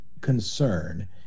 concern